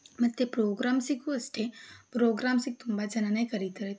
ಮತ್ತು ಪ್ರೋಗ್ರಾಮ್ಸಿಗೂ ಅಷ್ಟೇ ಪ್ರೋಗ್ರಾಮ್ಸಿಗೆ ತುಂಬ ಜನಾನೇ ಕರೀತಾರೆ